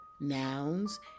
nouns